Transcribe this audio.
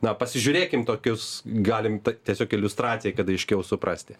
na pasižiūrėkim tokius galim tiesiog iliustracijai kad aiškiau suprasti